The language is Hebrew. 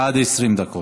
עד 20 דקות.